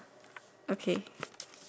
okay